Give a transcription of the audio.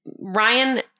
Ryan